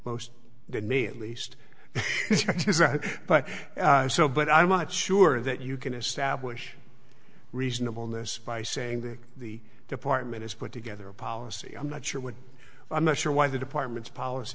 most then me at least but so but i'm much sure that you can establish reasonable in this by saying that the department has put together a policy i'm not sure what i'm not sure why the department's po